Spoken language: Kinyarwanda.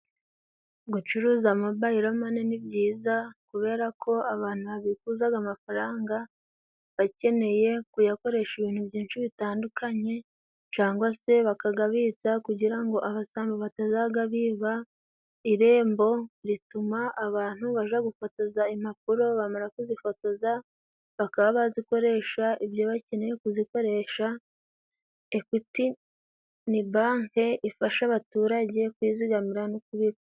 Gucuruza mobayiromane ni byiza, kubera ko abantu babikuzaga amafaranga bakeneye kuyakoresha ibintu byinshi bitandukanye cyangwa se bakagabitsa kugira ngo abasambo batazagabiba. Irembo rituma abantu baja gufotoza impapuro bamara kuzifotoza bakaba bazikoresha ibyo bakeneye kuzikoresha. Ekwiti ni banke ifasha abaturage kuzigamira no kubitsa.